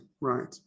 Right